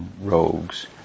rogues